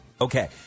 Okay